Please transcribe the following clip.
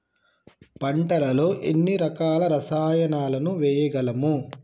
పంటలలో ఎన్ని రకాల రసాయనాలను వేయగలము?